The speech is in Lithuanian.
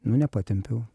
nu nepatempiau